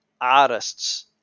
artists